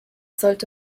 sollte